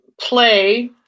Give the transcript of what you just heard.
Play